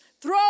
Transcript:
Throw